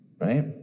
right